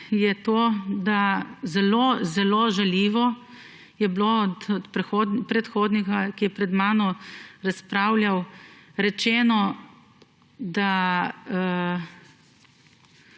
je to, da je bilo zelo zelo žaljivo od predhodnika, ki je pred mano razpravljal, rečeno, da